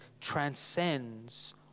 transcends